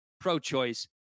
pro-choice